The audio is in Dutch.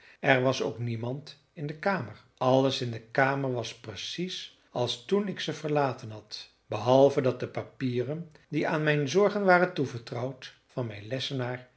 er was ook niemand in de kamer alles in de kamer was precies als toen ik ze verlaten had behalve dat de papieren die aan mijn zorgen waren toevertrouwd van mijn lessenaar